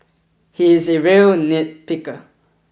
he is a real nitpicker